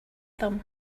them